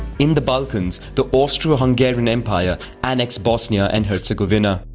in the balkans, the austro-hungarian empire annex bosnia and herzegovina,